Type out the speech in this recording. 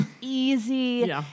easy